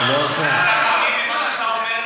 אתה מאמין למה שאתה אומר?